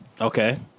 Okay